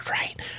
right